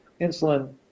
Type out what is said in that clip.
insulin